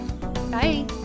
bye